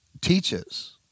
teaches